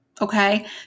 Okay